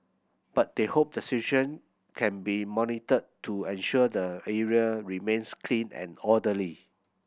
but they hope the situation can be monitored to ensure the area remains clean and orderly